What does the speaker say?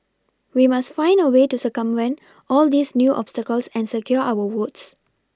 we must find a way to circumvent all these new obstacles and secure our votes